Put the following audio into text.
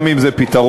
גם אם זה פתרון